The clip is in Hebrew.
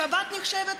שבת נחשבת,